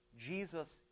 Jesus